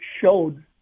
showed